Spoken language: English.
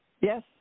Yes